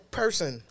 person